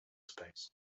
space